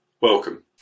welcome